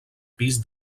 pis